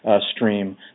stream